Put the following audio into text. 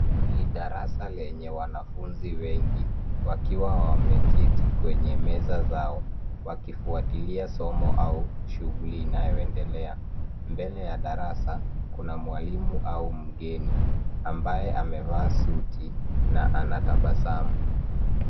Ni darasa lenye wanafuzi wengi, wakiwa wameketi kwenye meza zao. Wakifuatilia somo au shughuli inayoendelea. Mbele ya darasa kuna mwalimu au mgeni, ambaye amevaa suti na anatabasamu.